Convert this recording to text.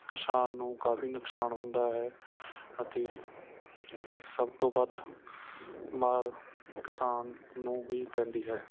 ਕਿਸਾਨ ਨੂੰ ਕਾਫੀ ਨੁਕਸਾਨ ਹੁੰਦਾ ਹੈ ਅਤੇ ਸਭ ਤੋਂ ਵੱਧ ਮਾਰ ਕਿਸਾਨ ਨੂੰ ਹੀ ਪੈਂਦੀ ਹੈ